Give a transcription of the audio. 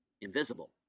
invisible